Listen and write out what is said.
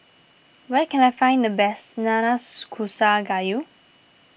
where can I find the best Nanas Kusa Gayu